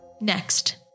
Next